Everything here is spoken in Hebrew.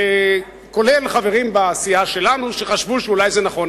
כולל חברים בסיעה שלנו שחשבו שאולי זה נכון,